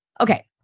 Okay